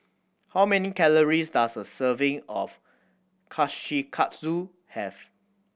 how many calories does a serving of Kushikatsu have